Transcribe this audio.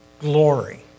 glory